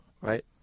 Right